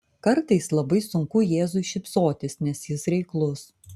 kartais labai sunku jėzui šypsotis nes jis reiklus